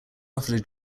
offered